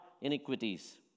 iniquities